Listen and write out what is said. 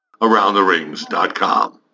AroundTheRings.com